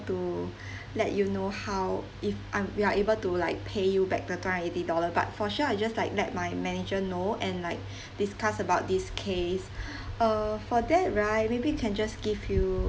to let you know how if I'm we're able to like pay you back the two hundred and eighty dollar but for sure I just like let my manager know and like discuss about this case uh for that right maybe can just give you